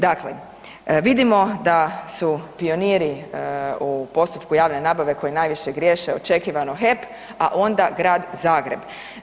Dakle, vidimo da su pioniri u postupku javne nabave koji najviše griješe očekivano HEP, a onda Grad Zagreb.